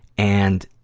and,